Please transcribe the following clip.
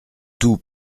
tout